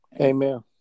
Amen